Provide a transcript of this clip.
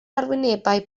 arwynebau